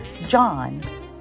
John